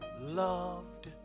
loved